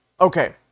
Okay